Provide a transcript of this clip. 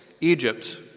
Egypt